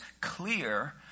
clear